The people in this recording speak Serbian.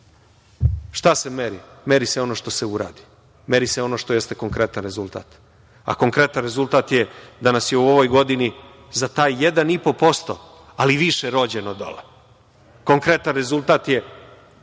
se meri? Meri se ono što se uradi. Meri se ono što jeste konkretan rezultat. A konkretan rezultat je da nas je u ovoj godini za taj 1,5% ali više rođeno dole. Konkretan rezultat je